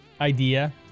idea